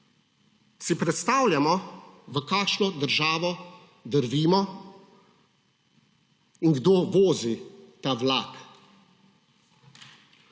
Si predstavljamo v kakšno državo drvimo in kdo vozi ta vlak?